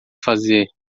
fazer